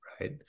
Right